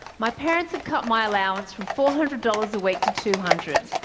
my parents have cut my allowance from four hundred dollars a week to two hundred